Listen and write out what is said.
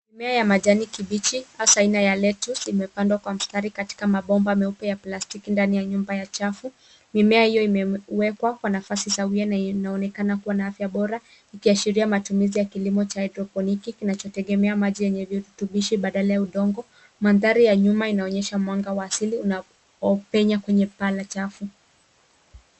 Mimea ya kijani kibichi hasa aina ya lettuce imepandwa kwa mstari katika mabomba meupe ya plastiki ndani ya nyumba ya chafu. Mimea hio imewekwa ndani ya nafasi sawia na inaonekana kuwa na afya bora ikiashiria matumizi ya kilimo cha haidroponiki kinachotegemea maji yenye virutubisho badala ya udongo. Mandhari ya nyuma inaonyesha mwanga wa asili unaopenya kwenye paa la chafu.